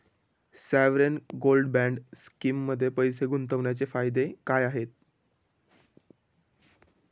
Sovereign gold bond स्कीममध्ये पैसे गुंतवण्याचे फायदे काय आहेत?